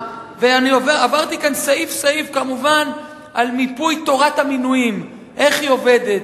עברתי כאן סעיף-סעיף על מיפוי "תורת המינויים" איך היא עובדת.